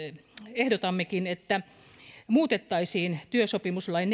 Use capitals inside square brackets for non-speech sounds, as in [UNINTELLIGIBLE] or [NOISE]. ehdotammekin että muutettaisiin työsopimuslain [UNINTELLIGIBLE]